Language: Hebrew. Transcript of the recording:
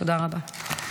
תודה רבה.